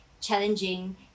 challenging